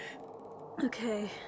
Okay